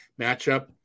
matchup